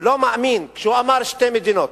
לא מאמין שהוא אמר שתי מדינות,